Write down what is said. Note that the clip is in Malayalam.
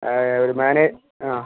ഒരു മാനേ ആ